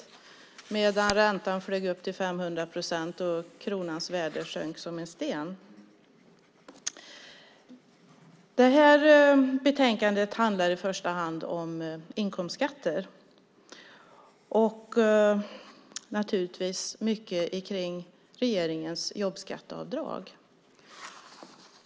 Samtidigt flög räntan upp till 500 procent och kronans värde sjönk som en sten. Dagens betänkande handlar i första hand om inkomstskatter. Naturligtvis handlar mycket om regeringens jobbskatteavdrag.